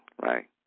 right